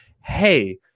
hey